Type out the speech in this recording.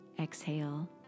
exhale